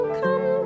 come